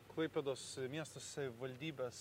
klaipėdos miesto savivaldybės